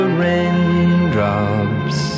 raindrops